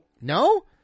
No